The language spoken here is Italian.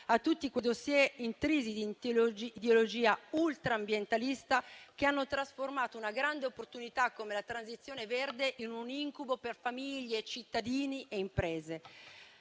a tutti quei *dossier*, intrisi di ideologia ultra ambientalista, che hanno trasformato una grande opportunità come la transizione verde in un incubo per famiglie, cittadini e imprese.